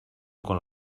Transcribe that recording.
quan